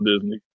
Disney